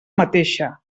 mateixa